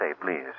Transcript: please